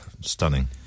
stunning